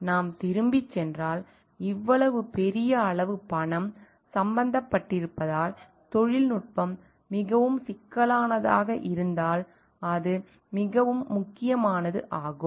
நாம் திரும்பிச் சென்றால் இவ்வளவு பெரிய அளவு பணம் சம்பந்தப்பட்டிருப்பதால் தொழில்நுட்பம் மிகவும் சிக்கலானதாக இருந்தால் அது மிகவும் முக்கியமானது ஆகும்